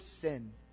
sin